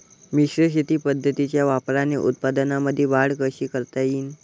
मिश्र शेती पद्धतीच्या वापराने उत्पन्नामंदी वाढ कशी करता येईन?